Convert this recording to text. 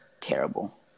terrible